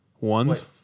One's